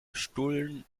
stullen